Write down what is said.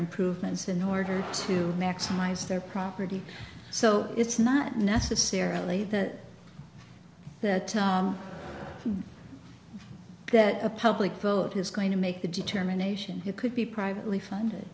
improvements in order to maximize their property so it's not necessarily that that that a public vote is going to make a determination it could be privately funded